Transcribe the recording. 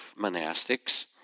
monastics